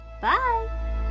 bye